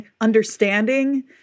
understanding